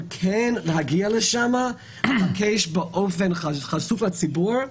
כן להגיע לשם ולבקש באופן חשוף לציבור,